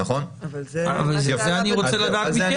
את זה אני רוצה לדעת מכם.